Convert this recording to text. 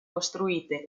costruite